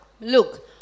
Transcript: Look